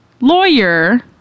lawyer